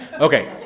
Okay